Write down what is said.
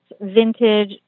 vintage